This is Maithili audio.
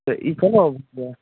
तऽ ई कोना